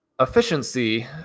efficiency